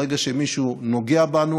ברגע שמישהו נוגע בנו,